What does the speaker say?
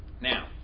now